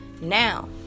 Now